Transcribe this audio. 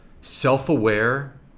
self-aware